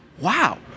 wow